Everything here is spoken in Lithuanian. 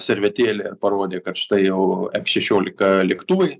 servetėlę ir parodė kad štai jau ef šešiolika lėktuvai